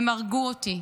הם הרגו אותי.